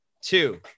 Two